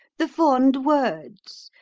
the fond words,